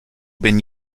been